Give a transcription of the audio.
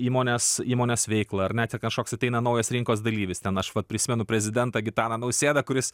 įmones įmonės veiklą ar ne ten kažkoks ateina naujas rinkos dalyvis ten aš va prisimenu prezidentą gitaną nausėdą kuris